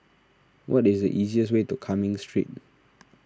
what is the easiest way to Cumming Street